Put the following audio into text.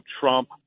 Trump